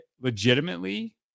Legitimately